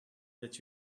that